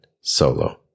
solo